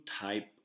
type